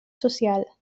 social